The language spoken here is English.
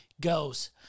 goes